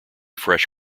fresh